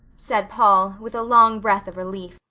said paul, with a long breath of relief,